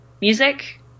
music